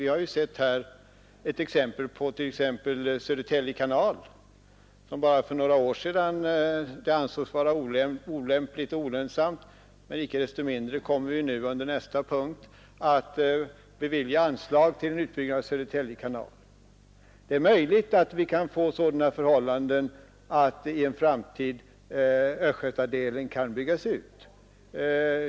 Vi har ett exempel i Södertälje kanal, som bara för några år sedan ansågs vara olönsam. Inte desto mindre kommer vi nu under nästa punkt att bevilja anslag till en utbyggnad av Södertälje kanal. Det är möjligt att vi kan få sådana förhållanden att östgötadelen i en framtid kan byggas ut.